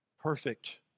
perfect